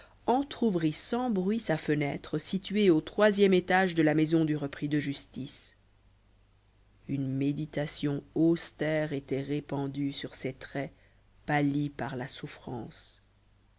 entr'ouvrit sans bruit sa fenêtre située au troisième étage de la maison du repris de justice une méditation austère était répandue sur ses traits pâlis par la souffrance